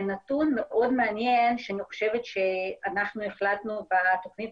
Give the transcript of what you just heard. ונתון מאוד מעניין שאני חושבת שאנחנו החלטנו בתוכנית